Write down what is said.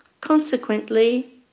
consequently